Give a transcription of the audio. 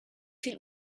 viel